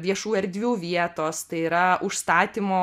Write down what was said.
viešų erdvių vietos tai yra užstatymo